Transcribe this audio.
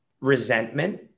resentment